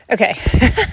Okay